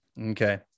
Okay